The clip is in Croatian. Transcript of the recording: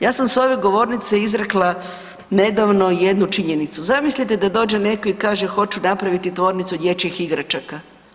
Ja sam s ove govornice izrekla nedavno jednu činjenicu, zamislite da dođe netko i kaže hoću napraviti tvornicu dječjih igračaka.